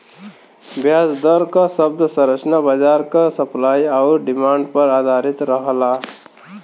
ब्याज दर क शब्द संरचना बाजार क सप्लाई आउर डिमांड पर आधारित रहला